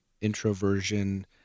introversion